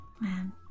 Man